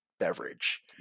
beverage